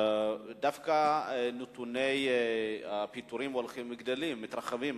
דווקא נתוני הפיטורים הולכים וגדלים, מתרחבים.